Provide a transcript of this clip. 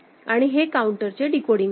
आणि हे काउंटरचे डीकोडिंग आहे